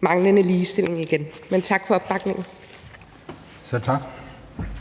manglende ligestilling igen. Men tak for opbakningen. Kl.